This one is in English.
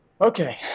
Okay